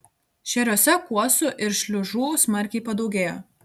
šėriuose kuosų ir šliužų smarkiai padaugėjo